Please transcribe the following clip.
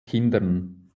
kindern